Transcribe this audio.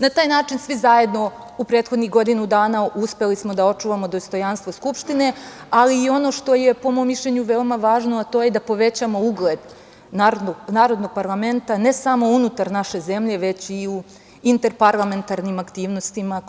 Na taj način svi zajedno u prethodnih godinu dana uspeli smo da očuvamo dostojanstvo Skupštine, ali i ono što je, po mom mišljenju, veoma važno, a to je da povećamo ugled narodnog parlamenta ne samo unutar naše zemlje, već i u interparlamentarnim aktivnostima